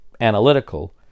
analytical